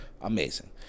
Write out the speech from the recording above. amazing